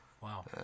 Wow